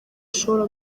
ashobora